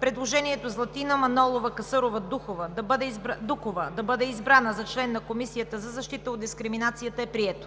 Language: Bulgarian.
Предложението Златина Манолова Касърова-Дукова да бъде избрана за член на Комисията за защита от дискриминацията е прието.